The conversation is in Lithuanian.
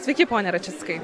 sveiki pone kačinskai